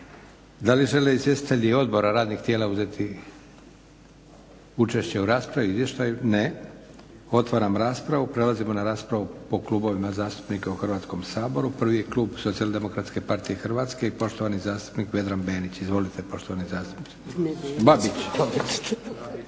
Da li žele izvjestitelji odbora, radnih tijela uzeti učešće u raspravi, izvještaju? Ne. Otvaram raspravu. Prelazimo na raspravu po klubovima zastupnika u Hrvatskom saboru. Prvi je klub Socijaldemokratske partije Hrvatske i poštovani zastupnik Vedran Benić. Izvolite poštovani zastupniče.